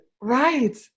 right